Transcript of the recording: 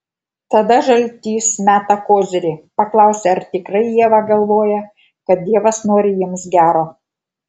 tada žaltys meta kozirį paklausia ar tikrai ieva galvoja kad dievas nori jiems gero